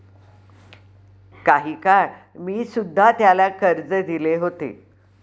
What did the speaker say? काही काळ मी सुध्धा त्याला कर्ज दिले होते